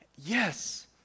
yes